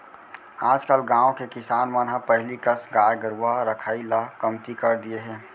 आजकल गाँव के किसान मन ह पहिली कस गाय गरूवा रखाई ल कमती कर दिये हें